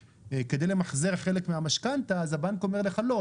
כדי למחזר חלק מהמשכנתא אז הבנק אומר לך לא,